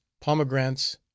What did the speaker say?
pomegranates